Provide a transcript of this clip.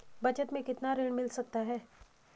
बचत मैं कितना ऋण मिल सकता है?